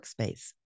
workspace